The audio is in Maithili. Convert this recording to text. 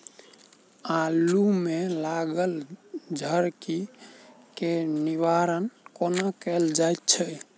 आलु मे लागल झरकी केँ निवारण कोना कैल जाय छै?